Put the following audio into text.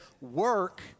work